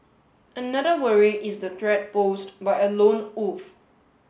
another worry is the threat posed by a lone wolf